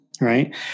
right